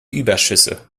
überschüsse